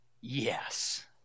Yes